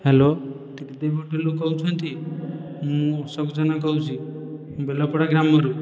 hello Tridevi ହୋଟେଲରୁ କହୁଛନ୍ତି ମୁଁ ଉତ୍ସବ ଜେନା କହୁଛି ବେଲପଡ଼ା ଗ୍ରାମରୁ